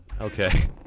Okay